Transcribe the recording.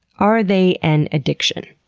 are they an addiction?